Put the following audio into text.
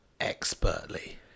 expertly